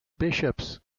bishops